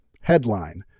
Headline